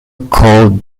called